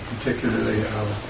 particularly